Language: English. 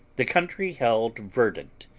the country held verdant,